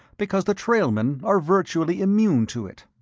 because the trailmen are virtually immune to it.